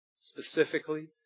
specifically